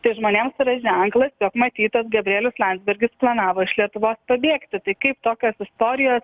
tai žmonėms yra ženklas jog matyt gabrielius landsbergis planavo iš lietuvos pabėgti tai kaip tokios istorijos